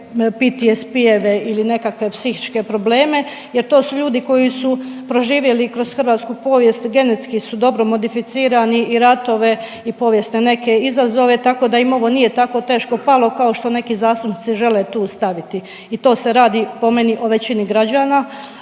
nikakve PTSP-jeve ili nekakve psihičke probleme jer to su ljudi koji su proživjeli kroz hrvatsku povijest, genetski su dobro modificirani, i ratove i povijesne neke izazove, tako da im ovo nije tako teško palo kao što neki zastupnici žele tu staviti i to se radi po meni o većini građana.